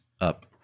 up